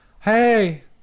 hey